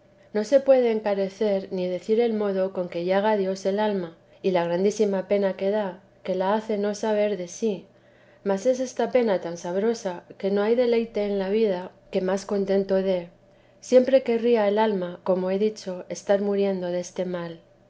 no se puede encarecer ni decir el modo con que llaga dios al alma y la grandísima pena que da que la hace no saber de sí mas es esta pena tan sabrosa que no hay deleite en la vida que más contento dé siemtekesa dk jesús pre querría el alma como he dicho estar muriendo deste mal